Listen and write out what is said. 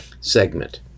segment